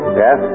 yes